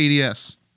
ads